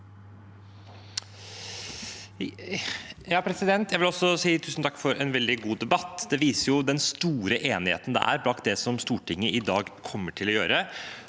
(A) Jeg vil også si tu- sen takk for en veldig god debatt. Det viser den store enigheten bak det Stortinget i dag kommer til å gjøre,